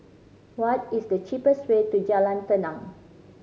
what is the cheapest way to Jalan Tenang